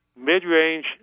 mid-range